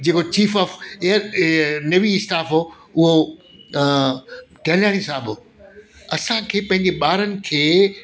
जेकी chief of the navy staff हुओ उहो कल्याणी साहिब हुओ असांखे पंहिंजे ॿारनि खे